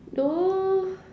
no